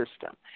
system